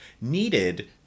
needed